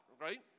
right